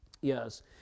Yes